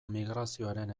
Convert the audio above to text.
migrazioaren